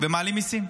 ומעלים מיסים.